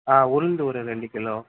ஆ உளுந்து ஒரு ரெண்டு கிலோ